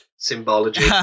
Symbology